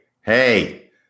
hey